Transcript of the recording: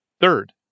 Third